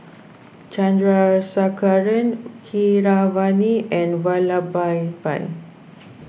Chandrasekaran Keeravani and Vallabhbhai